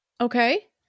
Okay